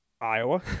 Iowa